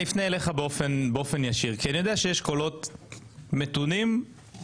אני אפנה אליך באופן ישיר כי אני יודע שיש קולות מתונים בתוך